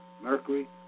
mercury